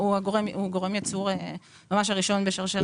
הוא גורם ייצור הראשון בשרשרת הייצור.